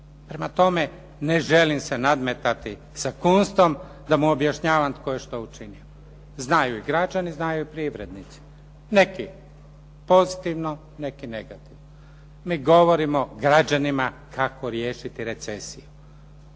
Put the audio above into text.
Prema tome, ne želim se nadmetati sa Kunstom, da mu objašnjava tko je što učinio. Znaju i građani, znaju i privrednici. Neki pozitivno, neki negativno. Mi govorimo građanima kako riješiti recesiju.